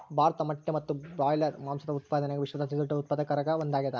ಭಾರತ ಮೊಟ್ಟೆ ಮತ್ತು ಬ್ರಾಯ್ಲರ್ ಮಾಂಸದ ಉತ್ಪಾದನ್ಯಾಗ ವಿಶ್ವದ ಅತಿದೊಡ್ಡ ಉತ್ಪಾದಕರಾಗ ಒಂದಾಗ್ಯಾದ